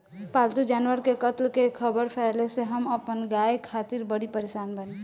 पाल्तु जानवर के कत्ल के ख़बर फैले से हम अपना गाय खातिर बड़ी परेशान बानी